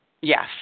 Yes